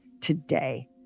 today